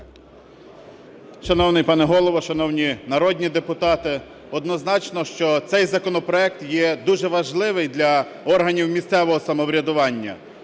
Шановний пане Голово, шановні народні депутати, однозначно, що цей законопроект є дуже важливий для органів місцевого самоврядування,